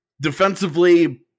defensively